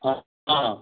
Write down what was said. ହଁ ହଁ